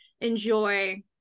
enjoy